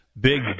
big